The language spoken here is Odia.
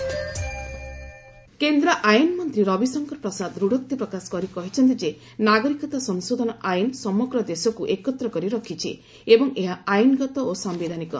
କେରଳ ରବିଶଙ୍କର ପ୍ରସାଦ କେନ୍ଦ୍ର ଆଇନମନ୍ତ୍ରୀ ରବିଶଙ୍କର ପ୍ରସାଦ ଦୂଢ଼ୋକ୍ତି ପ୍ରକାଶ କରି କହିଛନ୍ତି ଯେ ନାଗରିକତା ସଂଶୋଧନ ଆଇନ ସମଗ୍ର ଦେଶକୁ ଏକତ୍ର କରି ରଖିଛି ଏବଂ ଏହା ଆଇନଗତ ଓ ସାୟିଧାନିକ